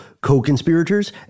co-conspirators